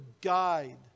guide